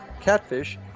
catfish